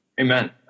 Amen